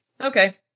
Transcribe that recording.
okay